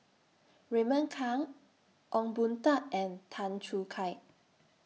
Raymond Kang Ong Boon Tat and Tan Choo Kai